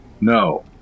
No